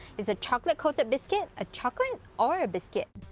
is a chocolate coated biscuit a chocolate or a biscuit?